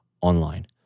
online